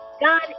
God